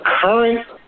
Current